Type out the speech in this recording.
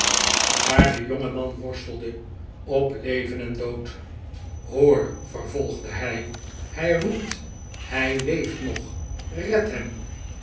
waar de genadelooze vervolging jongeman worstelde op le ven en dood hoori vervolgde hij hij ro ept hij leel't nog red hem